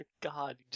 God